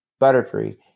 Butterfree